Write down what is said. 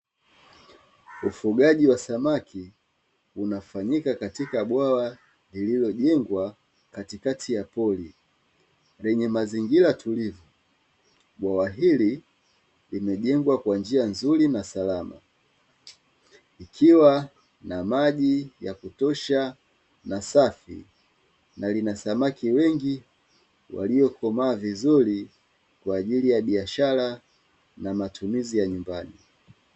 Ufugaji wa samaki unafanyika katika bwawa lililojengwa katikati ya pori lenye mazingira tulivu. Bwawa hili limejengwa kwa njia nzuri na salama ikiwa na maji ya kutosha na safi na lina samaki wengi waliyokomaa vizuri kwa ajili ya biashara na matumizi ya nyumbani.